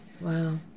Wow